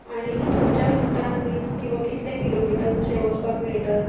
आनी खंयच्या रुटान बीन किंवा कितले किलोमिटर्स अशें वचपाक मेळटा